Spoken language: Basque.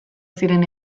ziren